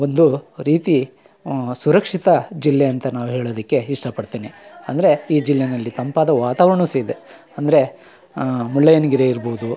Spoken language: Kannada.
ಒಂದು ರೀತಿ ಸುರಕ್ಷಿತ ಜಿಲ್ಲೆಯಂತ ನಾವು ಹೇಳೋದಕ್ಕೆ ಇಷ್ಟ ಪಡ್ತಿನಿ ಅಂದರೆ ಈ ಜಿಲ್ಲೆನಲ್ಲಿ ತಂಪಾದ ವಾತಾವರಣ ಸಹ ಇದೆ ಅಂದರೆ ಮುಳ್ಳಯ್ಯನಗಿರಿ ಇರ್ಬೋದು